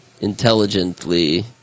intelligently